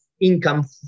income